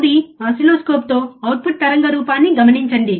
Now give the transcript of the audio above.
మూడవది ఓసిల్లోస్కోప్తో అవుట్పుట్ తరంగ రూపాన్ని గమనించండి